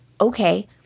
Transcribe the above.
Okay